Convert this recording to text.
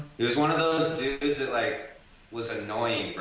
he was one of those dudes that like was annoying,